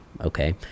Okay